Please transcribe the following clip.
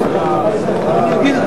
הכספים 2011, לא נתקבלה.